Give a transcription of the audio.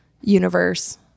universe